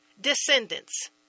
descendants